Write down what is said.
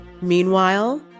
Meanwhile